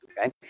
okay